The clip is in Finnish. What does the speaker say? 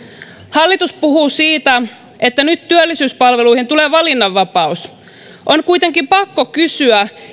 hallitus puhuu siitä että nyt työllisyyspalveluihin tulee valinnanvapaus on kuitenkin pakko kysyä